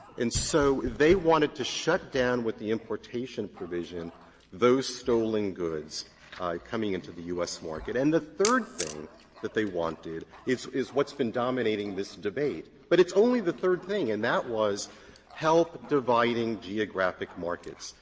and so they wanted to shut down with the importation provision those stolen goods coming into the u s. market. and the third thing that they wanted is is what's been dominating this debate. but it's only the third thing, and that was help dividing geographic markets,